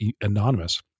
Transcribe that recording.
anonymous